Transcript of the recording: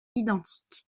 identique